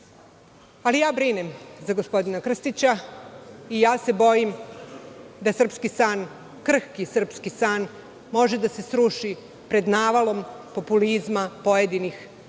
ja brinem za gospodina Krstića i bojim se da srpski san, krhki srpski san može da se sruši pred navalom populizma pojedinih stranaka